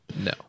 No